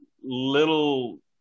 little